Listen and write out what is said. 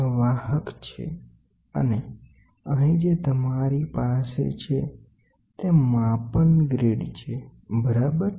આ વાહક છે અને અહીં જે તમારી પાસે છે તે માપન ગ્રીડ છે બરાબર